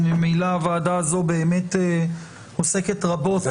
וממילא הוועדה הזאת עוסקת רבות --- זה